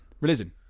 Religion